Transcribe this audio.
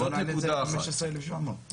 זו נקודה אחת.